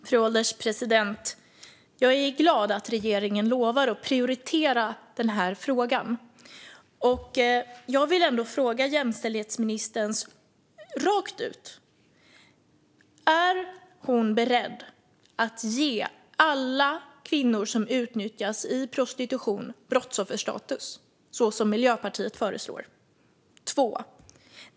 Fru ålderspresident! Jag är glad att regeringen lovar att prioritera den här frågan. Jag vill ändå ställa tre raka frågor till jämställdhetsministern. Är hon beredd att ge alla kvinnor som utnyttjas i prostitution brottsofferstatus, som Miljöpartiet föreslår?